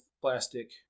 plastic